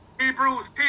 Hebrews